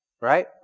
Right